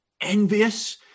envious